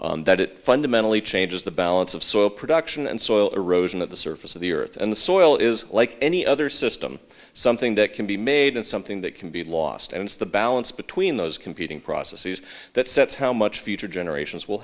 was that it fundamentally changes the balance of soil production and soil erosion of the surface of the earth and the soil is like any other system something that can be made and something that can be lost and it's the balance between those competing processes that sets how much future generations w